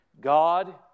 God